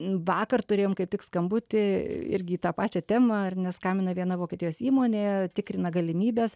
vakar turėjom kaip tik skambutį irgi į tą pačią temą ar ne skambina viena vokietijos įmonė tikrina galimybes